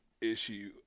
issue